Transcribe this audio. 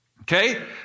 Okay